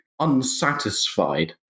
Unsatisfied